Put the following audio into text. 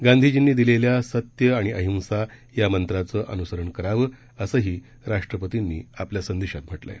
गांधीजींनी दिलेल्या सत्य आणि अहिंसा या मंत्राचं अन्सरण करावं असंही राष्ट्रपतींनी आपल्या संदेशात म्हटलं आहे